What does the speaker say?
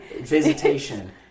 visitation